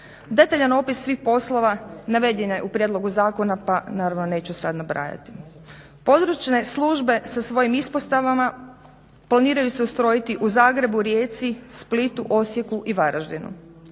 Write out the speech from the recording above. Detaljan opis svih poslova naveden je u prijedlogu zakona pa naravno neću sada nabrajati. Područne službe sa svojim ispostavama planiraju se ustrojiti u Zagrebu, Rijeci, Splitu, Osijeku i Varaždinu.